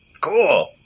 Cool